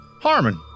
Harmon